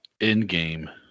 Endgame